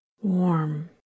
warm